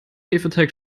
hefeteig